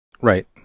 Right